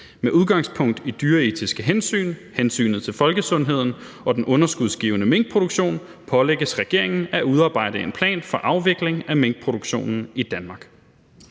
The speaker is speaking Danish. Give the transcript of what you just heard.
Med udgangspunkt i dyreetiske hensyn, hensyn til folkesundheden og den underskudsgivende minkproduktion pålægges regeringen at udarbejde en plan for afvikling af minkproduktion i Danmark.«